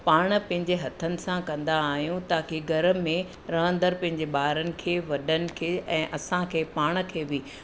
पाण पंहिंजे हथनि सां कंदा आहियूं ताकी घर में रहंदड़ पंहिंजे ॿारनि खे वॾनि खे ऐं असांखे पाण खे बि